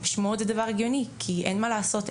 שמועות זה דבר הגיוני כי אין מה לעשות,